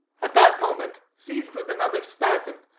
at that moment, seized with another spasm,